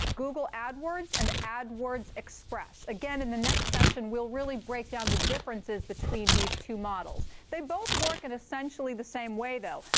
google adwords and adwords express. again, in the session, we'll really break down the differences between these two models. they both work in essentially the same way, though.